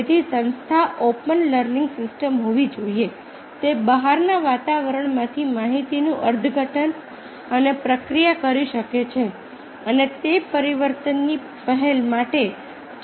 તેથી સંસ્થા open learning system હોવી જોઈએ તે બહારના વાતાવરણમાંથી માહિતીનું અર્થઘટન અને પ્રક્રિયા કરી શકે છે અને તે પરિવર્તનની પહેલ માટે જઈ શકે છે